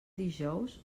dijous